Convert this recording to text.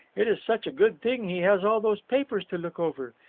it is such a good thing he has all those papers to look over.